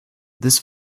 this